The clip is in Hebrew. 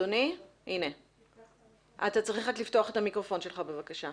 אני רוצה לפתוח דווקא בדברים הראשונים